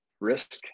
risk